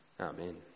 Amen